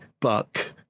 buck